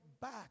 back